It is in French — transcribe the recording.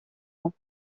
ans